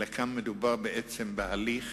אלא כאן מדובר בעצם בהליך